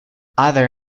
other